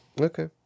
Okay